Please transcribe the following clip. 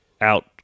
out